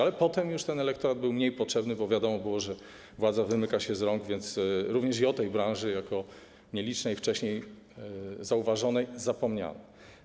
Ale potem już ten elektorat był mniej potrzebny, bo wiadomo było, że władza wymyka się z rąk, więc również o tej branży, jako jednej z nielicznych wcześniej zauważonych, zapomniano.